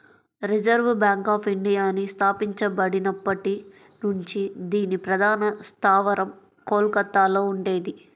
reserve bank of ఇండియాని స్థాపించబడినప్పటి నుంచి దీని ప్రధాన స్థావరం కోల్కతలో ఉండేది